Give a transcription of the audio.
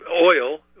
oil